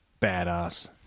Badass